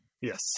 Yes